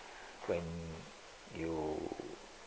when you